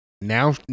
Now